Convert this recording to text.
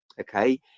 okay